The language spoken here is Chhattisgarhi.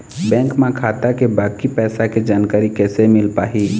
बैंक म खाता के बाकी पैसा के जानकारी कैसे मिल पाही?